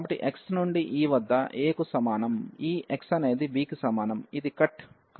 కాబట్టి xనుండి e వద్ద a కు సమానం ఈ x అనేదిb కి సమానం ఇది కట్